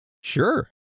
sure